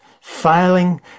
Failing